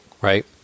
Right